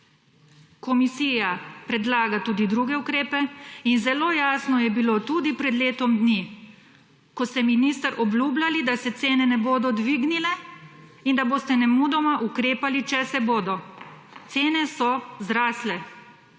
komisija predlaga tudi druge ukrepe. In zelo jasno je bilo tudi pred letom dni, ko ste minister obljubljali, da se cene ne bodo dvignile in da boste nemudoma ukrepali, če se bodo. Cene so zrasle